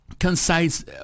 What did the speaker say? concise